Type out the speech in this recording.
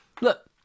look